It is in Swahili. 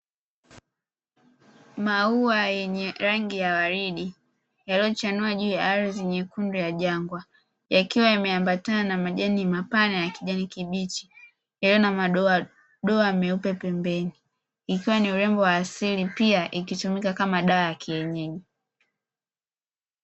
Maua yenye rangi ya waridi yaliyochanua juu ya ardhi nyekundu ya jangwa, yakiwa yameambatana na majani mapana ya kijani kibichi yaliyo na madoamadoa meupe pembeni ikiwa ni urembo wa asili pia ikitumika kama dawa ya kienyeji.